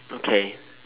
okay